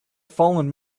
fallen